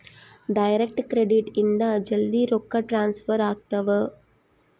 direct credit ಇಂದ ಜಲ್ದೀ ರೊಕ್ಕ ಟ್ರಾನ್ಸ್ಫರ್ ಆಗ್ತಾವ